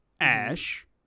Ash